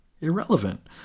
irrelevant